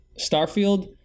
Starfield